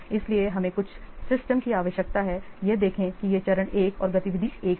इसलिए हमें कुछ सिस्टम की आवश्यकता है यह देखें कि यह चरण 1 और गतिविधि 1 है